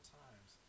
times